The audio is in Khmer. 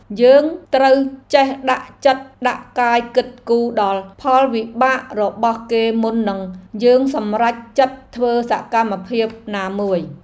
យើងត្រូវចេះដាក់ចិត្តដាក់កាយគិតគូរដល់ផលវិបាករបស់គេមុននឹងយើងសម្រេចចិត្តធ្វើសកម្មភាពណាមួយ។